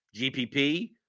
GPP